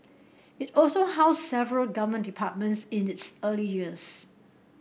it also housed several Government departments in its early years